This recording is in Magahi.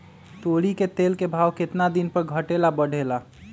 तोरी के तेल के भाव केतना दिन पर घटे ला बढ़े ला?